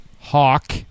Hawk